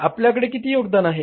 आपल्याकडे किती योगदान आहे